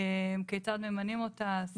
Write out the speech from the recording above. כיצד ממנים אותה, סדרי דיון.